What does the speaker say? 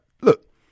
look